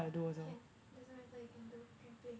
can doesn't matter you can do can play